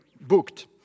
booked